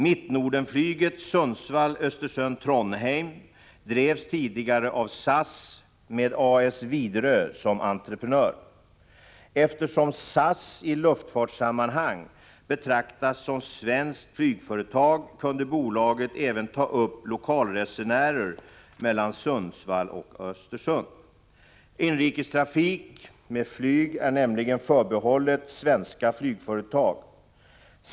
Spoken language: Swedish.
Mittnordenflyget Sundsvall-Östersund-Trondheim drevs tidigare av SAS med A/S Viderö som entreprenör. Eftersom SAS i luftfartssammanhang betraktas som svenskt flygföretag kunde bolaget även ta upp lokalresenärer mellan Sundsvall och Östersund. Inrikestrafik med flyg är nämligen förbehållet svenska flygföretag.